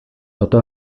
toto